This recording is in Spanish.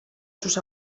sus